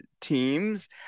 teams